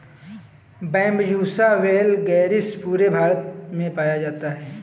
Bambusa वैलगेरिस पूरे भारत में पाया जाता है